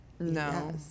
No